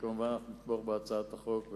כמובן, אנחנו נתמוך בהצעת החוק.